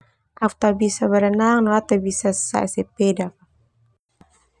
Au tabisa berenang no au tabisa sae sepeda.